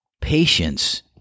Patience